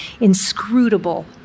inscrutable